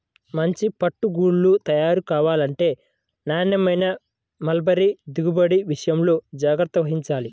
మంచి పట్టు గూళ్ళు తయారు కావాలంటే నాణ్యమైన మల్బరీ దిగుబడి విషయాల్లో జాగ్రత్త వహించాలి